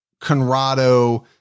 Conrado